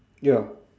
ya